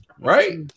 right